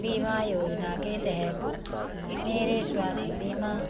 बीमा योजना के तहत मेरे स्वास्थ्य बीमा